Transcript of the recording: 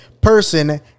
person